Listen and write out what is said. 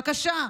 בבקשה,